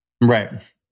Right